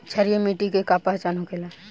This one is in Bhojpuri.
क्षारीय मिट्टी के का पहचान होखेला?